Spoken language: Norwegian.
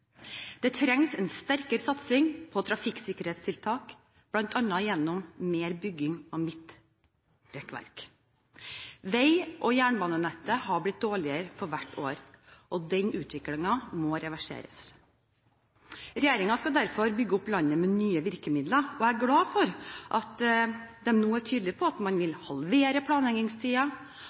trengs en sterkere satsing på trafikksikkerhetstiltak, bl.a. gjennom mer bygging av midtrekkverk. Vei- og jernbanenettet har blitt dårligere for hvert år. Denne utviklingen må reverseres. Regjeringen skal derfor bygge opp landet med nye virkemidler, og jeg er glad for at de nå er tydelige på at man vil halvere